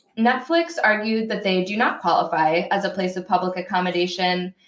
netflix argued that they do not qualify as a place of public accommodation,